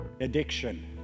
Addiction